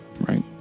right